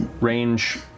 range